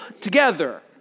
together